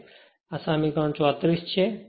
જે આ સમીકરણ 34 છે